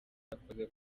yakoze